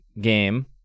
game